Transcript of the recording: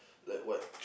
like what